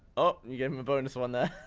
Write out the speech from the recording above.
oh, you gave him a bonus one, there